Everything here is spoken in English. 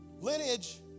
lineage